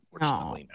no